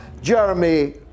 Jeremy